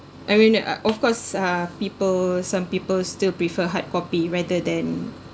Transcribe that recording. I mean uh of course uh people some people still prefer hardcopy rather than